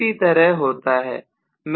इसी तरह होता है